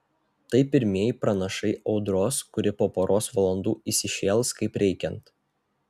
tai pirmieji pranašai audros kuri po poros valandų įsišėls kaip reikiant